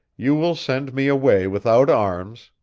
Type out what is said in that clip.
you will send me away without arms,